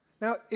Now